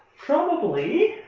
probably.